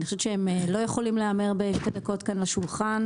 אני חושבת שהם לא יכולים להיאמר בשתי דקות כאן בשולחן.